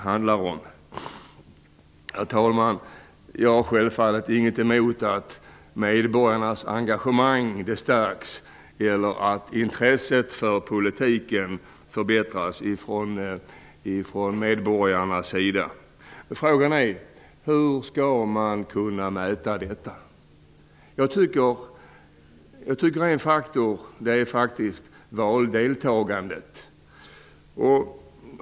Jag har självfallet inget emot att medborgarnas engagemang stärks eller att deras intresse för politiken förbättras. Frågan är: Hur skall man kunna mäta detta? Jag tycker att en faktor kan vara valdeltagandet.